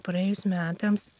praėjus metams